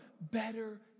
Better